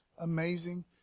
amazing